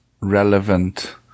relevant